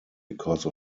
because